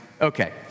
Okay